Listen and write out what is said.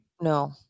No